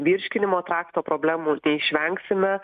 virškinimo trakto problemų neišvengsime